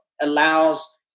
allows